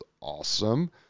awesome